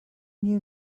knew